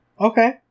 Okay